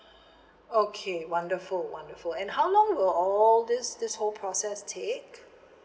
okay wonderful wonderful and how long will all this this whole process take